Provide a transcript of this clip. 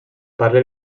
parla